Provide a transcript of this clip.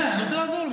כן, אני רוצה לעזור לו.